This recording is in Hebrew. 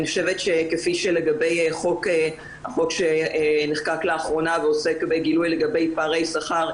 אני חושבת שכפי שלגבי החוק שנחקק לאחרונה ועוסק בגילוי לגבי פערי שכר,